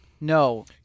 No